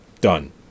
Done